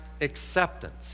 acceptance